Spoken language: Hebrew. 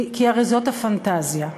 כי הרי זאת הפנטזיה,